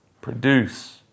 produce